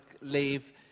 leave